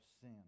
sin